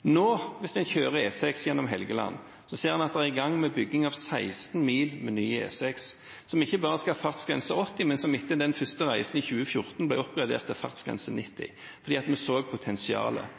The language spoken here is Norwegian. Hvis en nå kjører E6 gjennom Helgeland, ser man at man er i gang med bygging av 16 mil med ny E6, som ikke bare skal ha fartsgrense 80 km/t, men etter den første reisen i 2014 ble oppgradert til fartsgrense 90 km/t, fordi vi så potensialet.